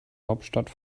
hauptstadt